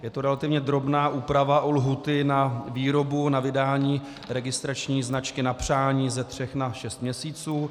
Je to relativně drobná úprava lhůty na výrobu, na vydání registrační značky na přání ze tří na šest měsíců.